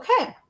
Okay